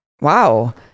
wow